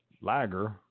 lager